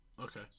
Okay